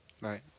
Right